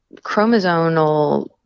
chromosomal